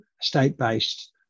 state-based